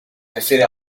refiere